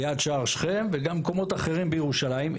ליד שער שכם וגם במקומות אחרים בירושלים,